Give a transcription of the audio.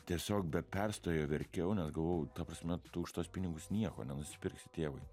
tiesiog be perstojo verkiau nes galvojau ta prasme už tuos pinigus nieko nenusipirksi tėvai